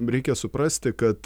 reikia suprasti kad